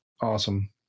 awesome